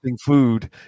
food